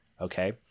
okay